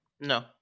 No